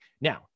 Now